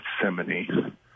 gethsemane